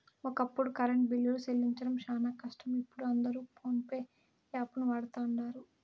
ఒకప్పుడు కరెంటు బిల్లులు సెల్లించడం శానా కష్టం, ఇపుడు అందరు పోన్పే యాపును వాడతండారు